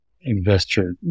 investor